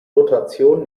notation